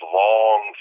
long